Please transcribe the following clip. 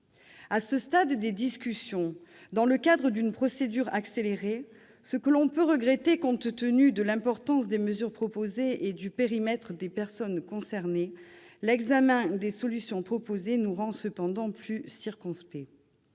À ce stade des discussions, dans le cadre d'une procédure accélérée, que l'on peut regretter compte tenu de l'importance des mesures proposées et du périmètre des personnes concernées, l'examen des solutions proposées nous rend cependant plus circonspects.